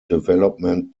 development